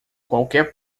qualquer